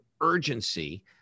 urgency